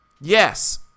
yes